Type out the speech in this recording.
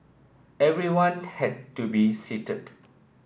everyone had to be seated